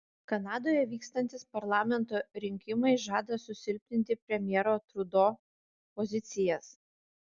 kanadoje vykstantys parlamento rinkimai žada susilpninti premjero trudo pozicijas